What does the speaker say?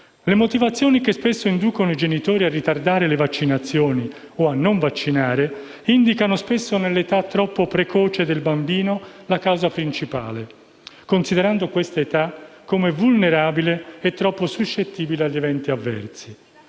Le motivazioni che spesso inducono i genitori a ritardare le vaccinazioni o a non vaccinare indicano spesso nell'età troppo precoce del bambino la causa principale, considerando questa età come vulnerabile e troppo suscettibile agli eventi avversi.